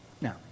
Now